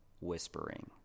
whispering